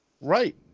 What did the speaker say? Right